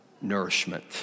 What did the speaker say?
nourishment